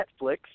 Netflix